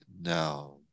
now